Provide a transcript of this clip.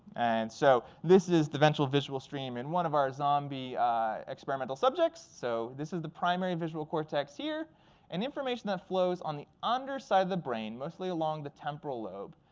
and so this is the ventral visual stream in one of our zombie experimental subjects. so this is the primary visual cortex here and information that flows on the underside of the brain, mostly along the temporal lobe.